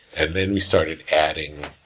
and then, we started adding,